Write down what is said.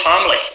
family